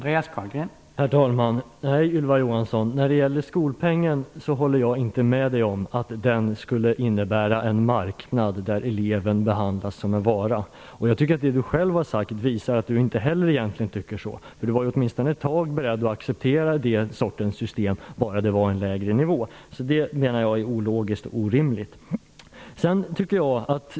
Herr talman! Nej, Ylva Johansson, när det gäller skolpengen håller jag inte med om att den skulle medföra en marknad där eleven behandlas som en vara. Jag tycker att det Ylva Johansson själv har sagt visar att hon egentligen inte heller tycker så. Hon var åtminstone ett tag själv beredd att acceptera ett sådant system - bara nivån är lägre. Detta är ologiskt och orimligt.